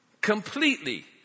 Completely